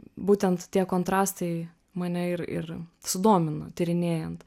būtent tie kontrastai mane ir ir sudomino tyrinėjant